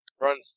Run